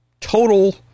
total